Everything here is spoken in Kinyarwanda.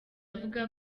avuga